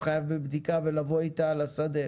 הוא חייב בבדיקה ולבוא איתה לשדה